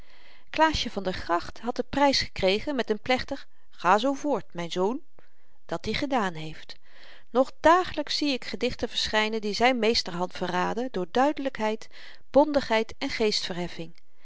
klaasje van der gracht had den prys gekregen met n plechtig ga zoo voort myn zoon dat-i gedaan heeft nog dagelyks zie ik gedichten verschynen die zyn meesterhand verraden door duidelykheid bondigheid en